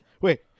Wait